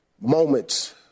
moments